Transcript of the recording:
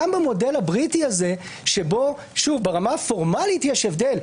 גם המודל הבריטי הזה שבו ברמה הפורמלית יש הבדל,